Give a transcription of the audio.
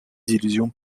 illusions